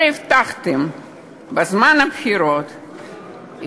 הרי הבטחתם בזמן הבחירות,